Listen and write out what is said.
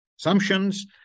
assumptions